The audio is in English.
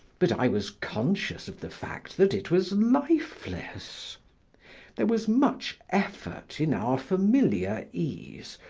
but i was conscious of the fact that it was lifeless there was much effort in our familiar ease,